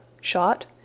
shot